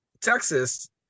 Texas